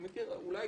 אולי,